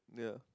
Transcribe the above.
yeah